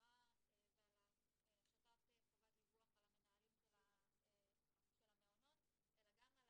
חקירה ועל השתת חובת דיווח על המנהלים של המעונות אלא גם על